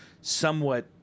somewhat